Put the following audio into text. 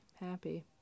happy